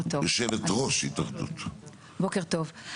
בוקר טוב.